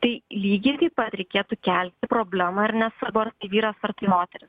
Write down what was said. tai lygiai taip pat reikėtų kelti problemą ar nes sudors tai vyras ar tai moteris